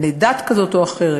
בני דת כזאת או אחרת,